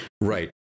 Right